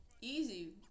easy